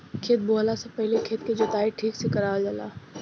खेत बोवला से पहिले खेत के जोताई ठीक से करावल जाला